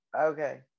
Okay